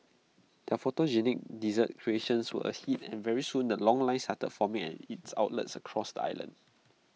their photogenic dessert creations were A hit and very soon the long lines started forming at its outlets across the island